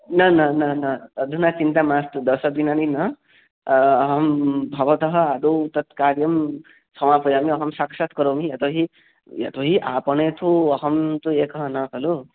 न न न न अधुना चिन्ता मास्तु दश दिनानि न अहं भवतः आदौ तत् कार्यं समापयामि अहं साक्षात् करोमि यतो हि यतो हि आपणे तु अहं तु एकः न खलु